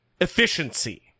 efficiency